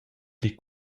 pli